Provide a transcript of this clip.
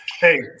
Hey